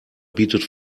bietet